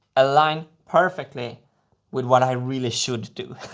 align perfectly with what i really should do.